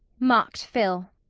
mocked phil.